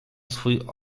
swój